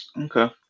Okay